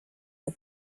the